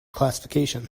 classification